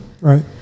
Right